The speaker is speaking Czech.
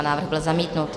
Návrh byl zamítnut.